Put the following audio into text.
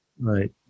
Right